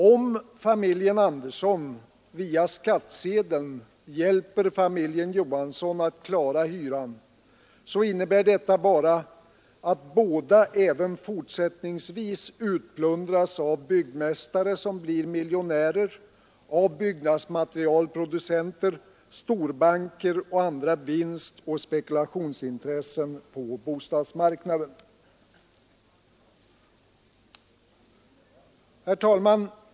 Om familjen Andersson via skattsedeln hjälper familjen Johansson att klara hyran, så innebär detta bara att båda även fortsättningsvis utplundras av byggmästare som blir miljonärer och av byggnadsmaterialproducenter, storbanker och andra vinstoch spekulationsintressen på bostadsmarknaden. Herr talman!